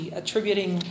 attributing